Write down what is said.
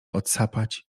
odsapać